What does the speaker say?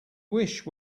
wish